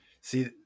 see